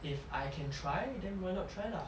if I can try then why not try lah